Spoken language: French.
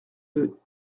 deux